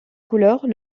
couleurs